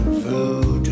food